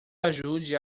ajude